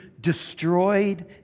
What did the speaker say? destroyed